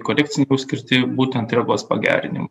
korekciniai jau skirti būtent regos pagerinimui